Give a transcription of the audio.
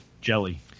jelly